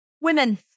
women